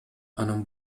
анын